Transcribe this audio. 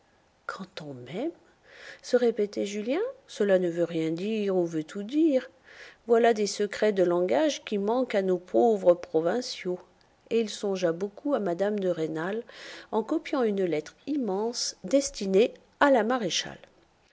quand on m'aime se répétait julien cela ne veut rien dire ou veut tout dire voilà des secrets de langage qui manquent à nos pauvres provinciaux et il songea beaucoup à mme de rênal en copiant une lettre immense destinée à la maréchale